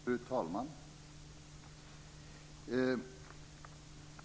Fru talman!